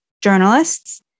journalists